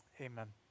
Amen